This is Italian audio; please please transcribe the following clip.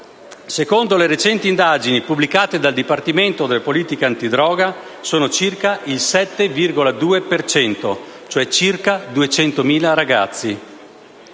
secondo le recenti indagini pubblicate dal Dipartimento delle politiche antidroga, sono il 7,2 per cento, cioè circa 200.000.